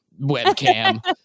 webcam